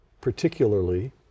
particularly